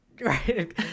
Right